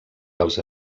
dels